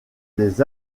des